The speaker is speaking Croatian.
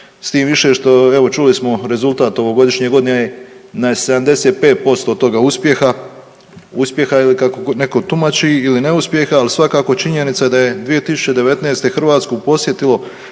s tim više što evo čuli smo rezultat ovogodišnje godine … 75% toga uspjeha, uspjeha ili kako netko tumači ili neuspjeha. Ali svakako činjenica je da je 2019. Hrvatsku posjetilo